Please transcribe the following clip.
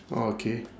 oh okay